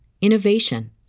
innovation